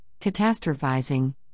catastrophizing